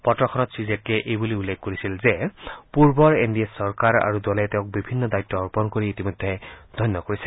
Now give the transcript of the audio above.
পত্ৰখনত শ্ৰীজেটলীয়ে এইবুলি উল্লেখ কৰিছিল যে পূৰ্বৰ এন ডি এ চৰকাৰ আৰু দলে তেওঁক বিভিন্ন দায়িত্ব অৰ্পণ কৰি ইতিমধ্যে ধন্য কৰিছে